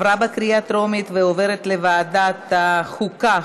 לוועדת החוקה,